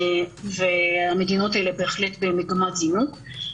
והמדינות האלה בהחלט במגמת זינוק.